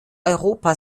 europa